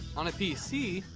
on a pc,